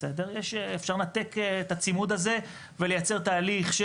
אפשר לנתק את הצימוד הזה ולייצר תהליך.